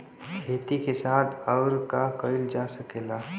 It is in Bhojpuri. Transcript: खेती के साथ अउर का कइल जा सकेला?